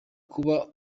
kuba